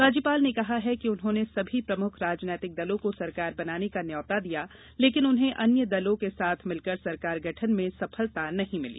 राज्यपाल ने कहा है कि उन्होंने सभी प्रमुख राजनीतिक दलों को सरकार बनाने का न्यौंता दिया लेकिन उन्हें अन्य दलों के साथ मिलकर सरकार गठन में सफलता नहीं मिली